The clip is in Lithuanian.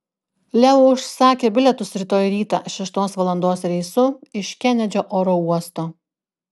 leo užsakė bilietus rytoj rytą šeštos valandos reisu iš kenedžio oro uosto